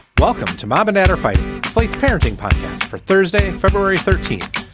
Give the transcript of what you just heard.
welcome to mom and dad or fight flight parenting podcast for thursday, february thirteenth.